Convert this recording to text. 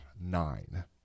nine